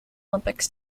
olympics